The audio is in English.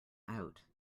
out